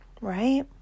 Right